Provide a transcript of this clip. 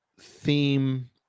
theme